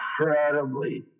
incredibly